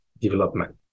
development